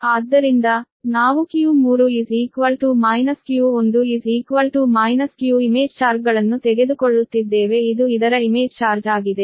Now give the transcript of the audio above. ಆದ್ದರಿಂದ ನಾವು q3 q1 q image ಚಾರ್ಜ್ಗಳನ್ನು ತೆಗೆದುಕೊಳ್ಳುತ್ತಿದ್ದೇವೆ ಇದು ಇದರ ಇಮೇಜ್ ಚಾರ್ಜ್ ಆಗಿದೆ